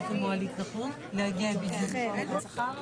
ה-27 ביוני 2022 ועל סדר היום קביעת ועדה לדין בהצעות החוק הבאות.